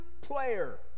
player